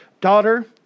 Daughter